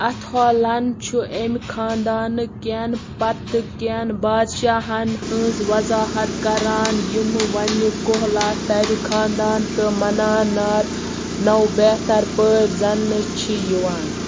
اَتھولن چھُ اَمہِ خانٛدانہٕ کٮ۪ن پتہٕ كٮ۪ن بادشاہن ہٕنٛز وضاحت كَران یم وَنہِ کولاترِ خانٛدان تہٕ مَنانار نوٚو بہتر پٲٹھۍ زاننہٕ چھِ یِوان